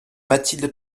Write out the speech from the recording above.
mathilde